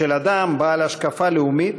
של אדם בעל השקפה לאומית